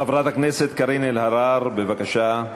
חברת הכנסת קארין אלהרר, בבקשה.